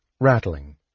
rattling